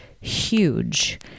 huge